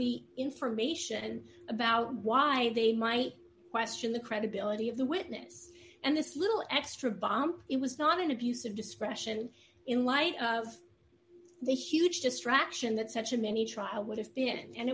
the information about why they might question the credibility of the witness and this little extra bomb it was not an abuse of discretion in light of the huge distraction that such a mini trial would have been and